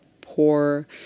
poor